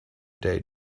day